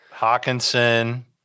Hawkinson